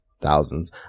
thousands